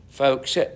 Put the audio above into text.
Folks